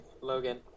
Logan